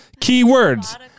Keywords